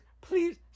please